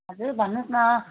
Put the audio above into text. हजुर भन्नुहोस् न